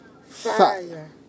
Fire